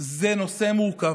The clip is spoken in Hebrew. זה נושא מורכב,